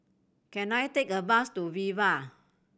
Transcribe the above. can I take a bus to Viva